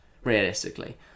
realistically